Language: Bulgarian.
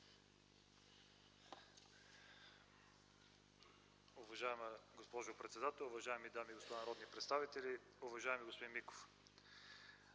Уважаема госпожо председател, уважаеми дами и господа народни представители, уважаеми господин Миков!